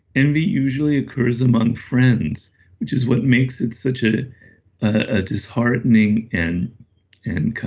envy usually occurs among friends which is what makes it such a ah disheartening and and